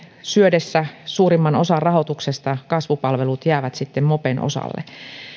syödessä suurimman osan rahoituksesta kasvupalvelut jäävät sitten mopen osalle